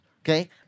Okay